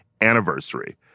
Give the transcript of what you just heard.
anniversary